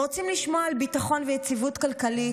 הם רוצים לשמוע על ביטחון ויציבות כלכלית,